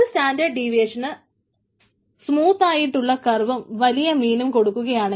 ഒരു സ്റ്റാൻഡേർഡ് ഡീവിയേഷന് സ്മൂത്തായിട്ടുള്ള കർവ്വും വലിയ മീനും കൊടുക്കുകയാണ്